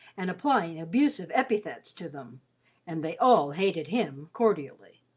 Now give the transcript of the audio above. and applying abusive epithets to them and they all hated him cordially.